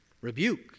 rebuke